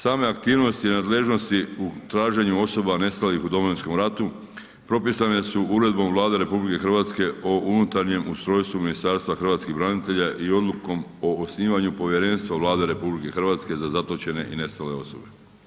Same aktivnosti i nadležnosti u traženju osoba nestalih u Domovinskom ratu, propisane su uredbom Vlade o unutarnje ustrojstvu Ministarstva hrvatskih branitelja i odlukom o osnivanju povjerenstva Vlade RH za zatočene i nestale osobe.